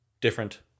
different